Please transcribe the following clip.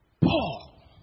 Paul